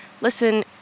Listen